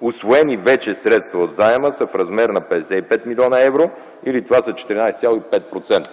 Усвоените вече средства от заема са в размер на 55 млн. евро, или това са 14,5%.